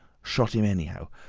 shot him anyhow.